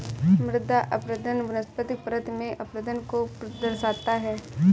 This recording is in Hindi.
मृदा अपरदन वनस्पतिक परत में अपरदन को दर्शाता है